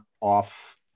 off